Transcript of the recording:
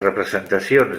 representacions